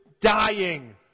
dying